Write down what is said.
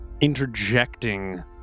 interjecting